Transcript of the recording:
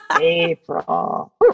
April